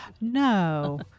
No